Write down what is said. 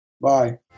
Bye